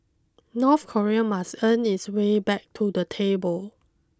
North Korea must earn its way back to the table